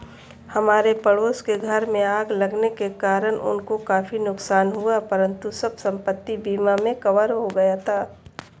हमारे पड़ोस के घर में आग लगने के कारण उनको काफी नुकसान हुआ परंतु सब संपत्ति बीमा में कवर हो गया था